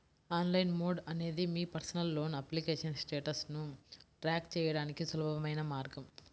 online mode అనేది మీ personal loan application స్టేటస్ను ట్రాక్ చేయడానికి సులభమైన మార్గం